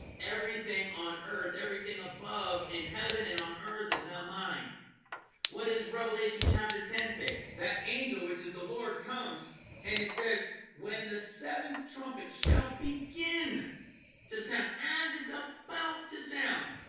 everything on earth everything above in heaven and on earth is now mine what does revelation chapter ten say that angel which is the lord comes and it says when the seventh trumpet shall begin to sound as it's about to sound